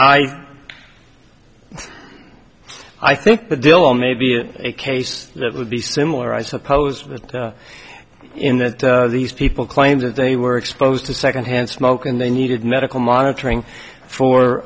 i i think the dillon may be it a case that would be similar i suppose in that these people claim that they were exposed to secondhand smoke and they needed medical monitoring for